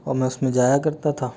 और मैं उसमें जाया करता था